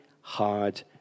hard